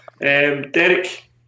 Derek